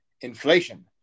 Inflation